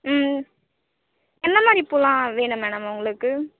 என்ன மாதிரி பூவெல்லாம் வேணும் மேடம் உங்களுக்கு